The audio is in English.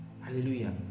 Hallelujah